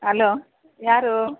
hello ಯಾರು